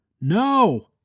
No